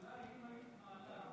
אולי אם היית מעלה,